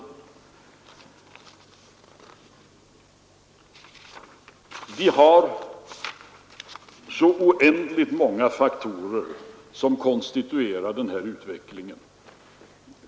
Det är så oändligt många faktorer som konstituerar denna utveckling.